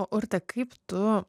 o urtė kaip tu